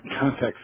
context